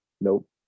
nope